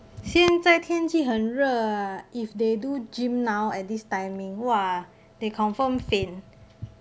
现在天气很热啊 if they do gym now at this timing !wah! they confirm faint